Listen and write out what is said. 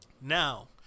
now